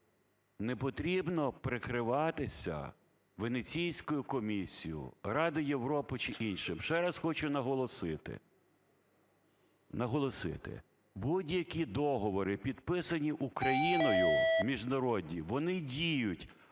не потрібно прикриватися Венеціанською комісією, Радою Європи чи іншим. Ще раз хочу наголосити, наголосити: будь-які договори, підписані Україною міжнародні, вони діють,